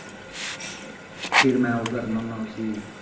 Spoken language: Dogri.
फिर में ओह् करना होन्ना उसी